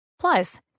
Plus